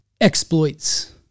Exploits